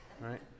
right